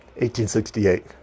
1868